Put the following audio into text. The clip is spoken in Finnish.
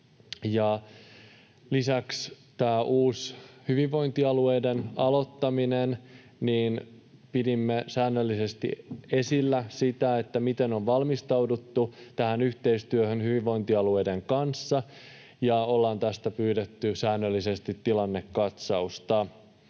Lisäksi oli tämä uusi hyvinvointialueiden aloittaminen. Pidimme säännöllisesti esillä sitä, miten on valmistauduttu tähän yhteistyöhön hyvinvointialueiden kanssa, ja ollaan tästä pyydetty säännöllisesti tilannekatsausta.